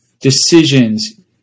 decisions